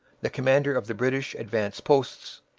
the commander of the british advanced posts,